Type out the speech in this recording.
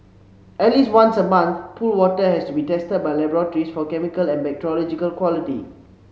at least once a month pool water has to be tested by laboratories for chemical and bacteriological quality